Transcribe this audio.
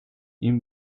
این